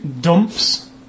dumps